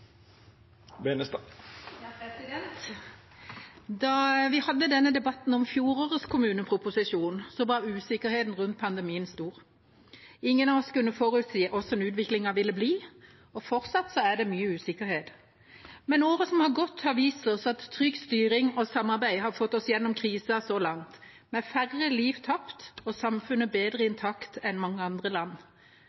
usikkerheten rundt pandemien stor. Ingen av oss kunne forutsi hvordan utviklingen ville bli, og fortsatt er det mye usikkerhet. Men året som har gått, har vist oss at trygg styring og samarbeid har fått oss gjennom krisen så langt, med færre liv tapt og samfunnet bedre intakt enn i